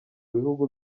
bihugu